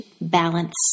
balance